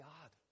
God